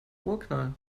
urknall